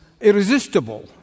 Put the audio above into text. irresistible